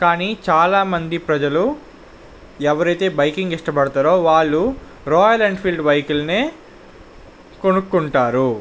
కానీ చాల మంది ప్రజలు ఎవరైతే బైకింగ్ ఇష్టపడతారో వాళ్ళు రాయల్ ఎన్ఫీల్డ్ బైకులనే కొనుక్కుంటారు